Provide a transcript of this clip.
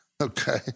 okay